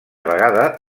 vegada